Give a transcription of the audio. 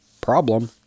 Problem